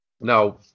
Now